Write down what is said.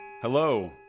Hello